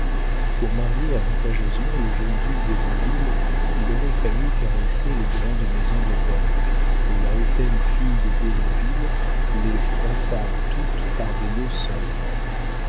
pour marier avantageusement le jeune duc d'hérouville il aurait fallu caresser les grandes maisons de banque et la hautaine fille des d'hérouville les froissa toutes par des mots sanglants